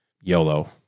YOLO